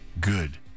good